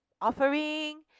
offering